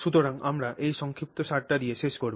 সুতরাং আমরা এই সংক্ষিপ্তসারটি দিয়ে শেষ করব